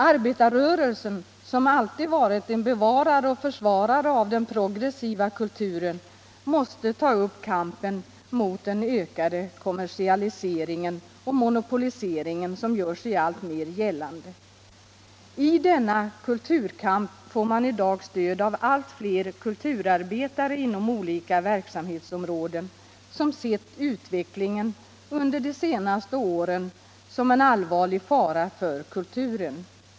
Arbetarrörelsen, som alltid varit en bevarare och försvarare av den progressiva kulturen, måste ta upp kampen mot den ökade kommersialiseringen och monopoliseringen som gör sig alltmer gällande. I denna kulturkamp får man i dag stöd av allt fler kulturarbetare inom olika verksamhetsområden, som sett utvecklingen under de senaste åren som en allvarlig fara för kulturen.